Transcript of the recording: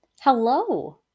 hello